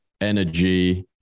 energy